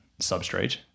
substrate